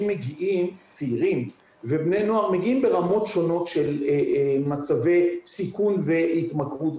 מגיעים צעירים ובני נוער ברמות שונות של מצבי סיכוי והתמכרות.